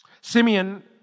Simeon